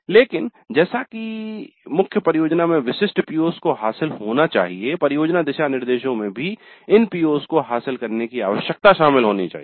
लेकिन जैसे कि मुख्य परियोजना में विशिष्ट PO's को हासिल होना चाहिए परियोजना दिशानिर्देशों में भी इन PO's को हासिल करने की आवश्यकता शामिल होनी चाहिए